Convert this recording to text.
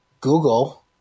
Google